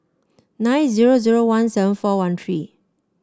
nine zero zero one seven four one three